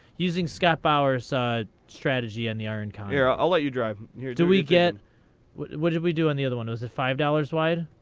using scott bowers' strategy in the iron condor. here, i'll let you drive. do we get what what did we do on the other one? was it five dollars wide?